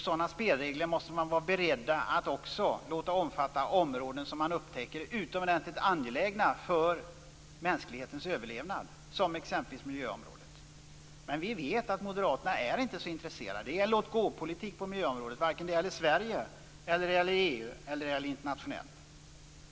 Sådana spelregler måste man vara beredd att också låta omfatta områden som man upptäcker är utomordentligt angelägna för mänsklighetens överlevnad, som exempelvis miljöområdet. Men vi vet att moderaterna inte är så intresserade. Det är en låt-gå-politik på miljöområdet oavsett om det gäller Sverige, EU eller internationellt.